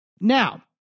Now